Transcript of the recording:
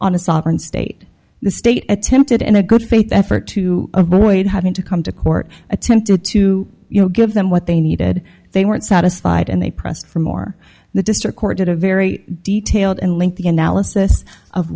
on a sovereign state the state attempted and a good faith effort to avoid having to come to court attempted to give them what they needed they weren't satisfied and they pressed for more the district court did a very detailed and